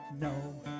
No